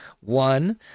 one